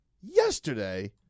Yesterday